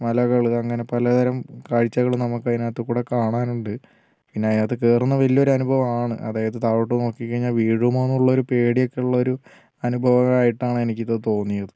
മലകൾ അങ്ങിനെ പലതരം കാഴ്ചകൾ നമുക്ക് അതിനു അകത്തുകൂടെ കാണാൻ ഉണ്ട് പിന്നെ അതിനകത്ത് കേറുന്നത് വലിയൊരു അനുഭവം ആണ് അതായത് താഴോട്ട് നോക്കിക്കഴിഞ്ഞാൽ വീഴുമോന്നുള്ളൊരു പേടി ഒക്കെ ഉള്ളൊരു അനുഭവം ആയിട്ടാണ് എനിക്കിത് തോന്നിയത്